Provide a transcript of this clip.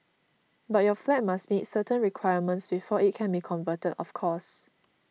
but your flat must meet certain requirements before it can be converted of course